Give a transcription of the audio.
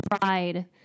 pride